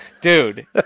dude